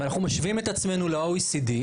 ואנחנו משווים את עצמנו ל- OECD,